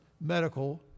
medical